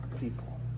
people